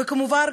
וכמובן,